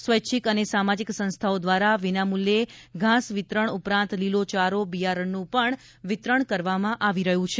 સ્વેચ્છિક અને સામાજિક સંસ્થાઓ દ્વારા વિનામૂલ્યે ઘાસ વિતરણ ઉપરાંત લીલો ચારો બિયારણનું વિતરણ કરવામાં આવી રહ્યું છે